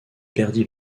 perdit